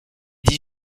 dix